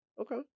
Okay